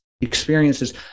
experiences